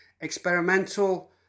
experimental